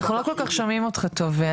אנחנו לא כל כך שומעים אותך טוב,